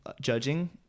judging